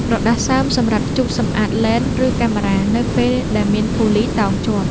ក្រដាសសើមសម្រាប់ជូតសម្អាតឡេន ឬកាមេរ៉ា នៅពេលដែលមានធូលីតោងជាប់។